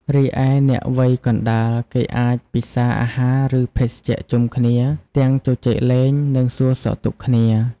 រីឯអ្នកវ័យកណ្ដាលគេអាចពិសាអាហារ ឬ ភេសជ្ជៈជុំគ្នាទាំងជជែកលេង និងសួរសុខទុក្ខគ្នា។